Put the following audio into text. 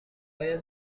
های